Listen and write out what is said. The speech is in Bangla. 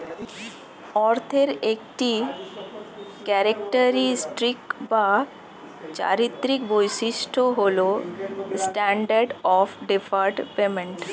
অর্থের একটি ক্যারেক্টারিস্টিক বা চারিত্রিক বৈশিষ্ট্য হল স্ট্যান্ডার্ড অফ ডেফার্ড পেমেন্ট